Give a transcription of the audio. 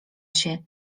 się